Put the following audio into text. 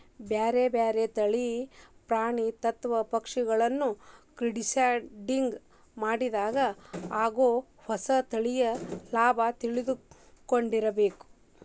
ಬ್ಯಾರ್ಬ್ಯಾರೇ ತಳಿಗಳ ಪ್ರಾಣಿ ಅತ್ವ ಪಕ್ಷಿಗಳಿನ್ನ ಕ್ರಾಸ್ಬ್ರಿಡಿಂಗ್ ಮಾಡಿದಾಗ ಆಗೋ ಹೊಸ ತಳಿಯ ಲಾಭ ತಿಳ್ಕೊಂಡಿರಬೇಕು